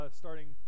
starting